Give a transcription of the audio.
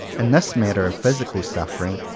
in this matter of physical suf fering,